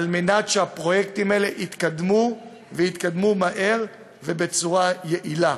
על מנת שהפרויקטים האלה יתקדמו ויתקדמו מהר ובצורה יעילה.